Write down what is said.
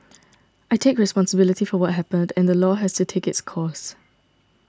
I take responsibility for what happened and the law has to take its course